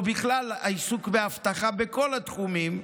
או בכלל את העיסוק באבטחה בכל התחומים,